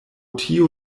tio